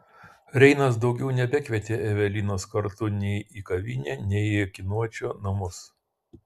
reinas daugiau nebekvietė evelinos kartu nei į kavinę nei į akiniuočio namus